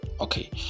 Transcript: Okay